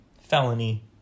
felony